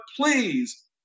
please